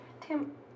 Tim